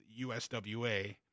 USWA